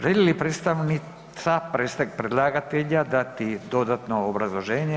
Želi li predstavnica predlagatelja dati dodatno obrazloženje?